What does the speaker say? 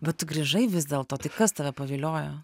bet tu grįžai vis dėlto tai kas tave paviliojo